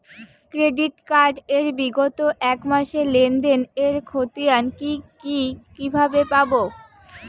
Credit card এর বিগত এক মাসের লেনদেন এর ক্ষতিয়ান কি কিভাবে পাব?